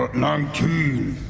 ah nineteen.